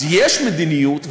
אז יש מדיניות,